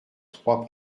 trois